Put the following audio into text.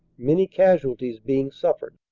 many casualties being suffered.